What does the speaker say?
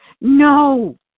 No